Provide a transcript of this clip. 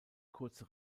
kurze